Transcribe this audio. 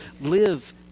live